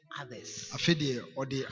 others